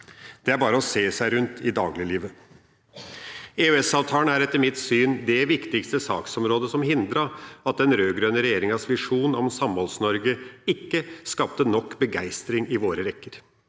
Det er bare å se seg rundt i dagliglivet. EØS-avtalen er etter mitt syn det viktigste saksområdet som hindret at den rød-grønne regjeringas visjon om Samholds-Norge ikke skapte nok begeistring i våre rekker